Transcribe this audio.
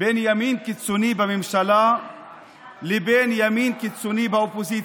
בין ימין קיצוני בממשלה לבין ימין קיצוני באופוזיציה.